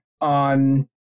on